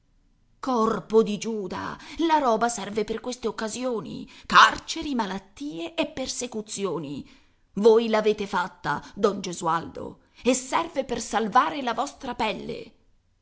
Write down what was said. corpo di giuda la roba serve per queste occasioni carceri malattie e persecuzioni voi l'avete fatta don gesualdo e serve per salvare la vostra pelle